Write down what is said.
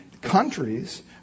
Countries